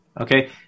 Okay